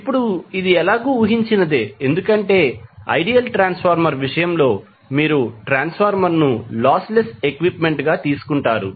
ఇప్పుడు ఇది ఎలాగూ ఊహించినదే ఎందుకంటే ఐడియల్ ట్రాన్స్ఫార్మర్ విషయంలో మీరు ట్రాన్స్ఫార్మర్ ను లాస్ లెస్ ఎక్విప్మెంట్ గా తీసుకుంటారు